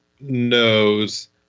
knows